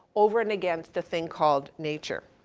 over and again, the thing called nature.